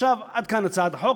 עד כאן הצעת החוק.